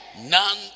None